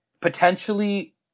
potentially